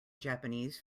japanese